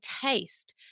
taste